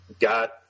got